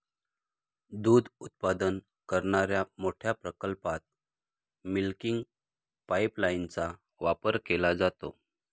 दूध उत्पादन करणाऱ्या मोठ्या प्रकल्पात मिल्किंग पाइपलाइनचा वापर केला जातो